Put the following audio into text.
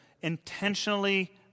Intentionally